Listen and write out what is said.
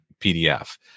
PDF